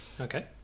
Okay